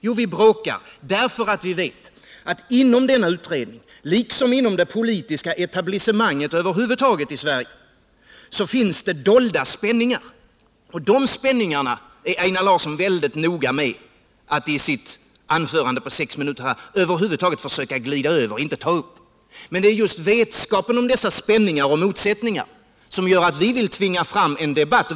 Jo, vi bråkar därför att vi vet att inom denna utredning liksom inom det politiska etablissemanget över huvud taget i Sverige finns det dolda spänningar, och de spänningarna är Einar Larsson väldigt noga med att i sitt anförande här på sex minuter försöka glida över och inte ta upp. Men det är just vetskapen om dessa spänningar och motsättningar som gör att vi vill tvinga fram en debatt.